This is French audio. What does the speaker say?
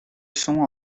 son